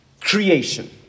creation